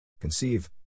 Conceive